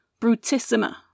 brutissima